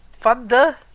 Thunder